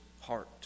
heart